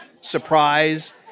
surprise